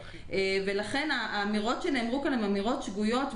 ולכן האמירות שנאמרו כאן הן אמירות שגויות,